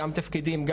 גם תפקידים,